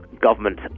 government